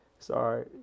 Sorry